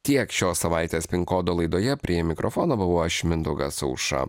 tiek šios savaitės pin kodo laidoje prie mikrofono buvau aš mindaugas auša